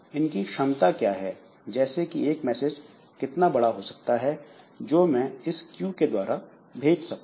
इनकी क्षमता क्या है जैसे कि एक मैसेज कितना बड़ा हो सकता है जो मैं इस Q के द्वारा भेज सकूं